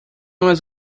was